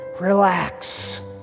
relax